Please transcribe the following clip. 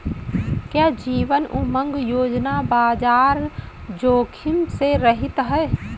क्या जीवन उमंग योजना बाजार जोखिम से रहित है?